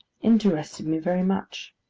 interested me very much.